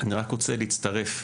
אני רק רוצה להצטרף,